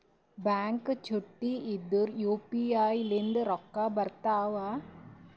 Bank ಚುಟ್ಟಿ ಇದ್ರೂ UPI ನಿಂದ ರೊಕ್ಕ ಬರ್ತಾವಾ?